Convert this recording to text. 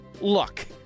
Look